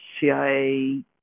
CIA